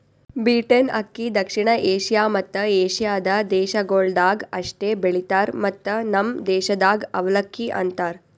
beaten ಅಕ್ಕಿ ದಕ್ಷಿಣ Asia ಮತ್ತ ಏಷ್ಯಾದ ದೇಶಗೊಳ್ದಾಗ್ ಅಷ್ಟೆ ಬೆಳಿತಾರ್ ಮತ್ತ ನಮ್ ದೇಶದಾಗ್ ಅವಲಕ್ಕಿ ಅಂತರ್